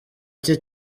cye